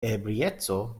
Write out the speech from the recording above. ebrieco